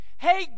hey